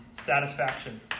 satisfaction